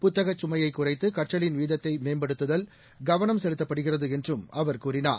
புத்தகச்சுமையைக்குறைத்து கற்றலின்விதத்தைமேம்படுத்துவதில் கவனம்செலுத்தப்படுகிறதுஎன்றும்அவர்கூறினார்